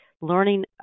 learning